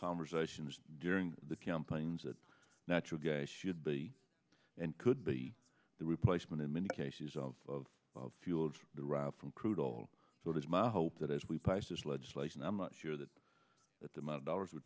conversations during the campaigns that natural gas should be and could be the replacement in many cases of fuel to the route from crude oil so it is my hope that as we pass this legislation i'm not sure that that the amount dollars w